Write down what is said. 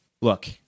Look